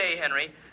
Henry